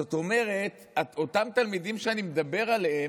זאת אומרת, אותם תלמידים שאני מדבר עליהם,